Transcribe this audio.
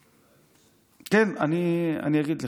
כן, אני אגיד לך.